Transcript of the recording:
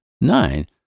Nine